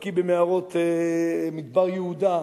בקי במערות מדבר יהודה,